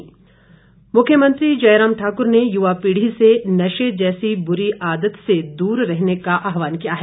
मुख्यमंत्री मुख्यमंत्री जयराम ठाकुर ने युवा पीढ़ी से नशे जैसी बुरी आदत से दूर रहने का आहवान किया है